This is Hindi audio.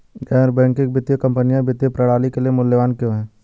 गैर बैंकिंग वित्तीय कंपनियाँ वित्तीय प्रणाली के लिए मूल्यवान क्यों हैं?